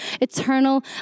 eternal